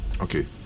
Okay